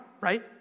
right